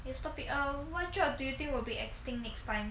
eh stop it err what job do you think will be extinct next time